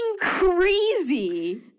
crazy